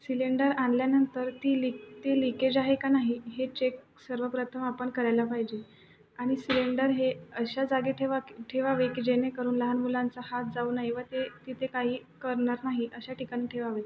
cylinder आणल्यानंतर ती leak ती लीकेज आहे का नाही हे चेक सर्वप्रथम आपण करायला पाहिजे आणि सिलेंडर हे अशा जागी ठेवा की ठेवावे की जेणेकरून लहान मुलांचा हात जाऊ नये व ते तिथे काही करणार नाही अशा ठिकाणी ठेवावे